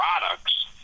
products